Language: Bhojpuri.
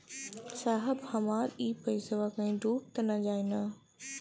साहब हमार इ पइसवा कहि डूब त ना जाई न?